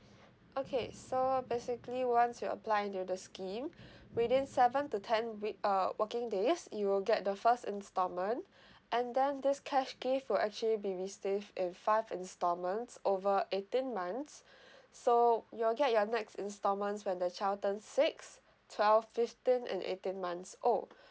okay so basically once you apply into the scheme within seven to ten wee~ uh working days you will get the first installment and then this cash gift will actually be received in five installments over eighteen months so you'll get your next installments when the child turn six twelve fifteen and eighteen months old